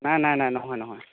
নাই নাই নাই নহয় নহয়